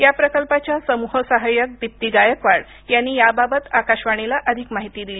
या प्रकल्पाच्या समूह सहाय्यक दीप्ती गायकवाड यांनी याबाबत आकाशवाणीला अधिक माहिती दिली